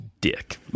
dick